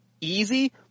easy